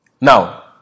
Now